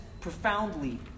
profoundly